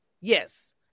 yes